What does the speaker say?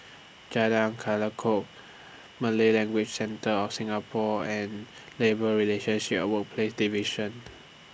Jalan Kerayong Malay Language Centre of Singapore and Labour Relationship A Workplaces Division